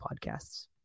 Podcasts